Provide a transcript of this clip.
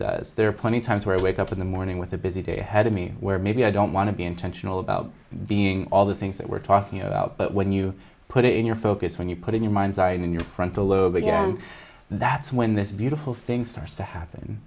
does there are plenty times where i wake up in the morning with a busy day ahead of me where maybe i don't want to be intentional about being all the things that we're talking about but when you put it in your focus when you put in your mind's eye and your frontal lobe again that's when this beautiful thing starts to happen